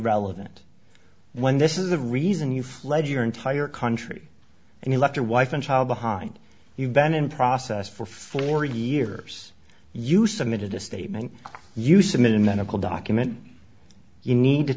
relevant when this is the reason you fled your entire country and you left your wife and child behind you ben in process for four years you submitted a statement you submitted medical document you need to